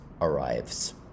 arrives